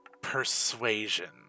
persuasion